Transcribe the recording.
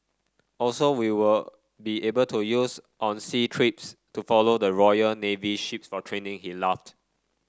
also we would be able to use on sea trips to follow the Royal Navy ships for training he laughed